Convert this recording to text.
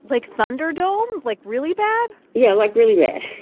like, thunderdome like, really bad? yeah, like, really bad